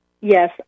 Yes